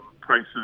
prices